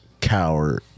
Coward